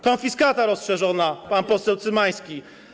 Konfiskata rozszerzona - pan poseł Cymański.